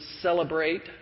celebrate